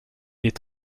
est